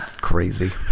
Crazy